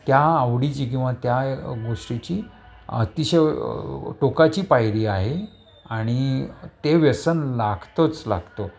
त्या आवडीची किंवा त्या गोष्टीची अतिशय टोकाची पायरी आहे आणि ते व्यसन लागतेच लागतो